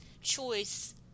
choice